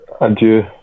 Adieu